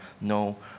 no